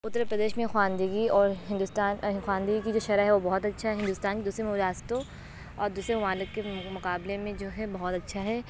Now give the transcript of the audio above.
اتر پردیش میں خواندگی اور ہندوستان خواندگی کی جو شرح ہے وہ بہت اچھا ہے ہندوستان دوسری ریاستوں اور دوسرے ممالک کے مقابلے میں جو ہے بہت اچھا ہے